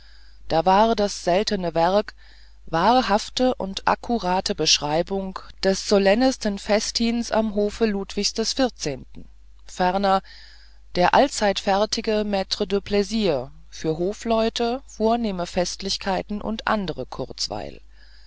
da war das seltene werk wahrhafte und akkurate beschreibung des solennesten festins am hofe ludwigs xiv ferner der allzeitfertige maitre de plaisir für hofleute vornehme festlichkeiten und anderen kurzweil